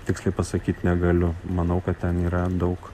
tiksliai pasakyt negaliu manau kad ten yra daug